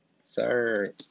Sir